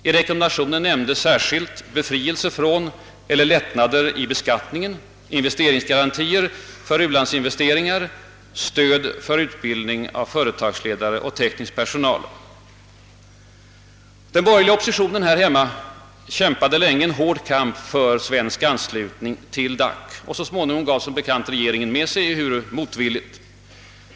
I rekommendationen nämndes särskilt befrielse från eller lättnader i beskattningen, investeringsgarantier för u-landsinvesteringar och stöd för utbildning av företagsledare och teknisk personal. Den borgerliga oppositionen här hemma kämpade länge en hård kamp för svensk anslutning till DAC, och så småningom gav som bekant regeringen med sig, ehuru motvilligt.